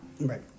Right